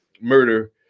murder